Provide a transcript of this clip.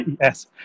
yes